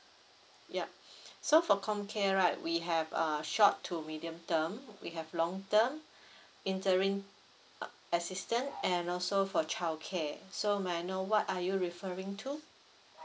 ya so for comm care right we have uh short to medium term we have long term interim uh assistant and also for child care so may I know what are you referring to